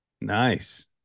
Nice